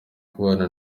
kubana